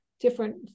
different